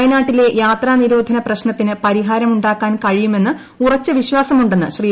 വയ്യനാട്ടിലെ യാത്രാ നിരോധന പ്രശ്നത്തിന് പരിഹാരം ഉണ്ടാക്കാൻ കഴിയുമെന്ന് ഉറച്ച വിശ്വാസമുണ്ടെന്ന് ശ്രീ